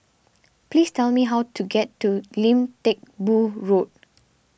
please tell me how to get to Lim Teck Boo Road